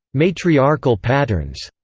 matriarchal patterns,